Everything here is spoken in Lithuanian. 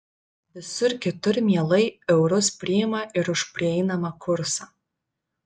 visur kitur mielai eurus priima ir už prieinamą kursą